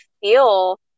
feel